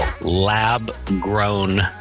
lab-grown